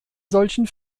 solchen